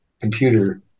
computer